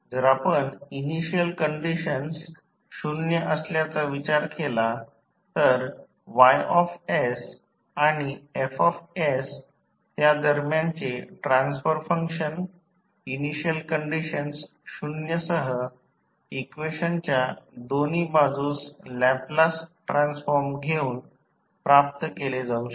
जर आपण initial conditions शून्य असल्याचा विचार केला तर Y आणि F त्या दरम्यानचे ट्रान्सफर फंक्शन इनिशियल कंडिशन्स शून्य सह इक्वेशनच्या दोन्ही बाजूस लॅपलास ट्रान्सफॉर्म घेवून प्राप्त केले जाऊ शकते